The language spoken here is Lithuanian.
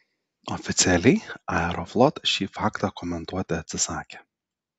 oficialiai aeroflot šį faktą komentuoti atsisakė